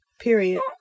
Period